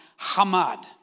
hamad